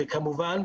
וכמובן,